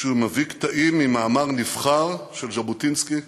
כשהוא מביא קטעים ממאמר נבחר של ז'בוטינסקי,